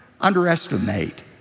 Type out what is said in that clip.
underestimate